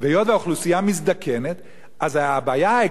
והיות שהאוכלוסייה מזקנת,